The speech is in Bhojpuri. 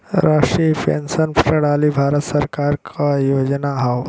राष्ट्रीय पेंशन प्रणाली भारत सरकार क योजना हौ